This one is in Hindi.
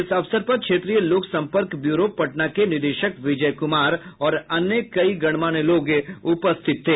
इस अवसर पर क्षेत्रीय लोक संपर्क ब्यूरो पटना के निदेशक विजय कुमार और अन्य कई गणमान्य लोग उपस्थित थे